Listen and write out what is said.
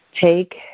Take